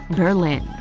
berlin.